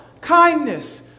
Kindness